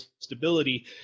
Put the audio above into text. stability